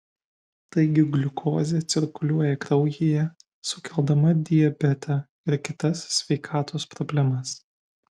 taigi gliukozė cirkuliuoja kraujyje sukeldama diabetą ir kitas sveikatos problemas